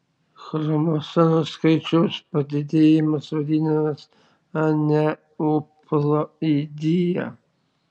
chromosomų skaičiaus padidėjimas vadinamas aneuploidija